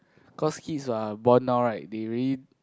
cause kids who are born now right they really